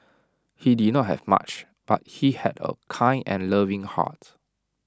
he did not have much but he had A kind and loving heart